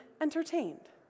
entertained